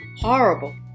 horrible